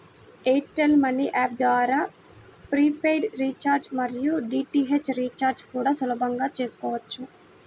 air tell money app ద్వారా prepaid recharge మరియు DTH recharge కూడా సులభంగా చేసుకోవచ్చు